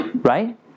Right